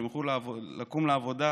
שיוכלו לקום לעבודה